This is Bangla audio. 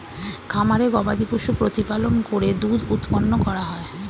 খামারে গবাদিপশু প্রতিপালন করে দুধ উৎপন্ন করা হয়